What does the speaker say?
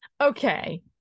Okay